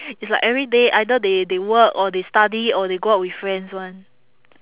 it's like everyday either they they work or they study or they go out with friends [one]